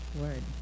word